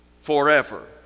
forever